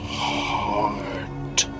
heart